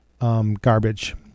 Garbage